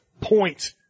point